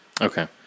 Okay